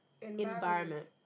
environment